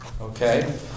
okay